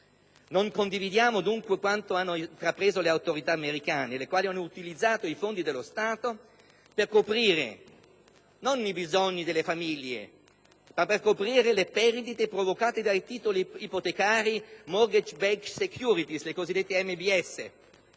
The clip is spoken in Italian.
Non condividiamo, dunque, quanto hanno intrapreso le autorità americane, le quali hanno utilizzato i fondi dello Stato per coprire non i bisogni delle famiglie, ma le perdite provocate dai titoli ipotecari MBS (*Mortgage Backed Securities*) e dagli